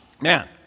man